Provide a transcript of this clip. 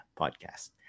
podcast